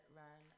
run